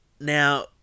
now